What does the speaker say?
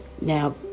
Now